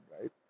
right